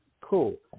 Cool